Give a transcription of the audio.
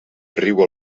riu